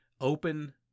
open